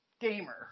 gamer